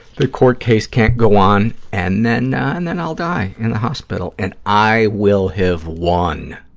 the court case can't go on, and then ah and then i'll die in the hospital, and i will have won.